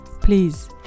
please